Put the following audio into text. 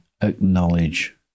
acknowledge